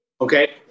Okay